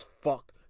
fuck